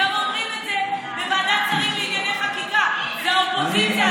הם גם אומרים את זה בוועדת שרים לענייני חקיקה: זאת אופוזיציה,